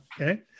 Okay